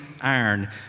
iron